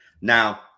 Now